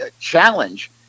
challenge